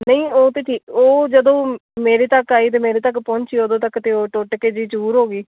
ਨਹੀਂ ਉਹ ਤਾਂ ਠੀਕ ਉਹ ਜਦੋਂ ਮੇਰੇ ਤੱਕ ਆਈ ਅਤੇ ਮੇਰੇ ਤੱਕ ਪਹੁੰਚੀ ਉਦੋਂ ਤੱਕ ਤਾਂ ਉਹ ਟੁੱਟ ਕੇ ਜੀ ਚੂਰ ਹੋ ਗਈ